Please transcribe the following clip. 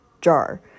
jar